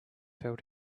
felt